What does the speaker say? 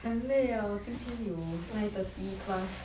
很累 ah 我今天有 nine thirty class